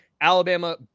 Alabama